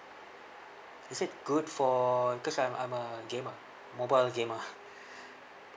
is it good for cause I'm I'm a gamer mobile gamer